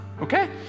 okay